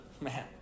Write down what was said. man